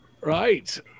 Right